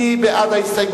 מי בעד?